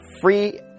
free